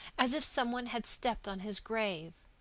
as if some one had stepped on his grave.